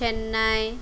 Chennai